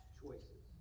choices